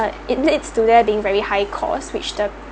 but it needs to being very high costs which the